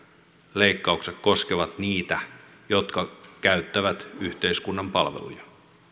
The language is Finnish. leikkaukset koskevat niitä jotka käyttävät yhteiskunnan palveluja